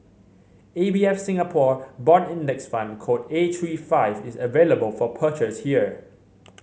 A B F Singapore Bond Index Fund code A three five is available for purchase here